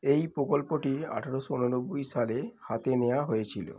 এই প্রকল্পটি আঠেরোশো ঊননব্বই সালে হাতে নেওয়া হয়েছিল